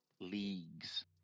leagues